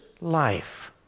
life